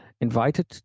invited